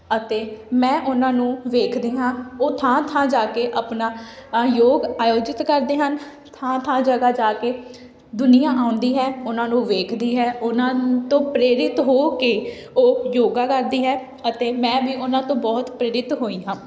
ਅਤੇ ਮੈਂ ਉਹਨਾਂ ਨੂੰ ਵੇਖਦੀ ਹਾਂ ਉਹ ਥਾਂ ਥਾਂ ਜਾ ਕੇ ਆਪਣਾ ਯੋਗ ਆਯੋਜਿਤ ਕਰਦੇ ਹਨ ਥਾਂ ਥਾਂ ਜਗ੍ਹਾ ਜਾ ਕੇ ਦੁਨੀਆਂ ਆਉਂਦੀ ਹੈ ਉਹਨਾਂ ਨੂੰ ਵੇਖਦੀ ਹੈ ਉਹਨਾਂ ਨੂੰ ਤੋਂ ਪ੍ਰੇਰਿਤ ਹੋ ਕੇ ਉਹ ਯੋਗਾ ਕਰਦੀ ਹੈ ਅਤੇ ਮੈਂ ਵੀ ਉਹਨਾਂ ਤੋਂ ਬਹੁਤ ਪ੍ਰੇਰਿਤ ਹੋਈ ਹਾਂ